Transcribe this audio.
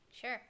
Sure